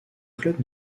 club